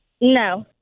no